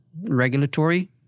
regulatory